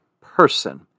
person